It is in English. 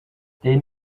then